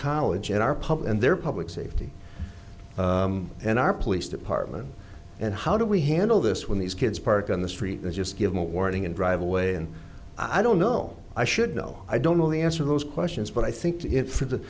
college and our public and their public safety and our police department and how do we handle this when these kids park on the street and just give a warning and drive away and i don't know i should know i don't know the answer those questions but i think it for the